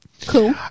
Cool